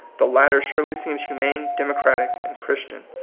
the latter surely seems humane, democratic, and christian.